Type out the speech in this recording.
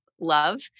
love